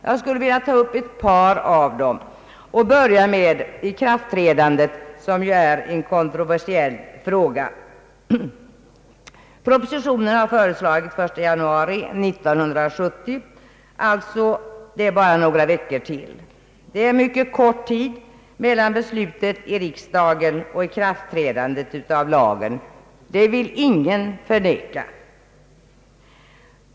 Jag skulle vilja ta upp ett par av dem och börjar med ikraftträdandet, som är en kontroversiell fråga. Propositionen har föreslagit att reformen skall träda i kraft den 1 januari 1970, alltså om några veckor. Ingen vill förneka att det är en mycket kort tid mellan beslutet i riksdagen och ikraftträdandet av lagen.